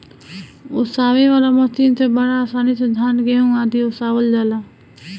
ओसावे वाला मशीन से बड़ा आसानी से धान, गेंहू आदि ओसावल जाला